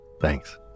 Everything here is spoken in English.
Thanks